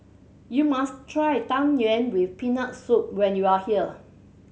you must try Tang Yuen with Peanut Soup when you are here